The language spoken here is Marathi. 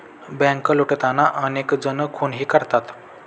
बँक लुटताना अनेक जण खूनही करतात